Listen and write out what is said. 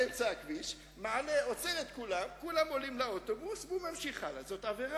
באמת, השר איתן, אתה עכשיו חושב על שירות לאזרח.